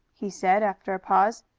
he said, after a pause.